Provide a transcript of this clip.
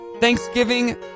Thanksgiving